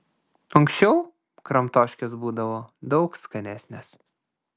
anksčiau kramtoškės būdavo daug skanesnės